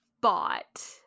bought